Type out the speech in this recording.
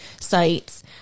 sites